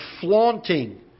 flaunting